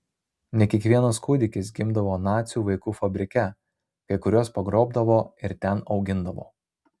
ne kiekvienas kūdikis gimdavo nacių vaikų fabrike kai kuriuos pagrobdavo ir ten augindavo